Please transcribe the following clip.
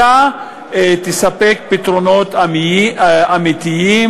אלא תספק פתרונות אמיתיים,